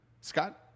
Scott